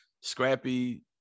scrappy